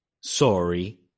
sorry